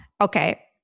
okay